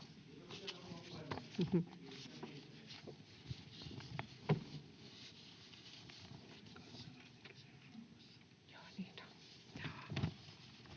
Kiitos